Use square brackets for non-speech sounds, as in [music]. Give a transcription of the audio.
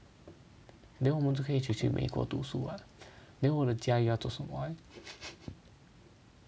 then 我们就可以去美国读书 ah then 我的家你要做什么 leh [laughs]